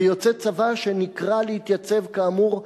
ויוצא צבא שנקרא להתייצב כאמור,